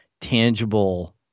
tangible